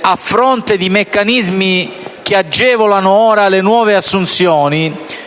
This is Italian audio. a fronte di meccanismi che agevolano ora le nuove assunzioni,